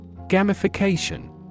Gamification